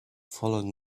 following